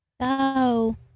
go